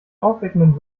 aufweckenden